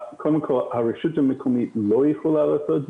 הרשות המקומית לא יכולה לעשות זאת,